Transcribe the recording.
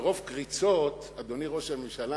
מרוב קריצות, אדוני ראש הממשלה,